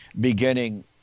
beginning